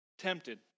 tempted